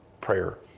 prayer